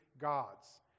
gods